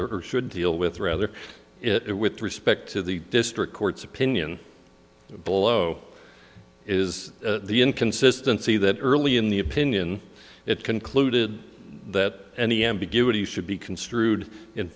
should deal with rather it with respect to the district court's opinion below is the inconsistency that early in the opinion it concluded that any ambiguity should be construed in